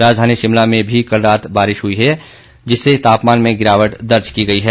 राजधानी शिमला में भी कल रात बारिश हुई जिससे तापमान में गिरावट दर्ज की गई है